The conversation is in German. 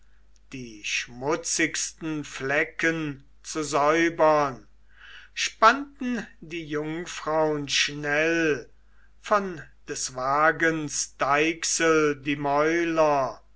die schmutzigsten flecken zu säubern spannten die jungfraun schnell von des wagens deichsel die mäuler